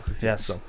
Yes